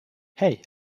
hei